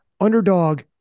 Underdog